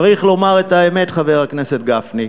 צריך לומר את האמת, חבר הכנסת גפני,